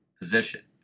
position